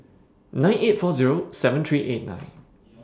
nine eight four Zero seven three eight nine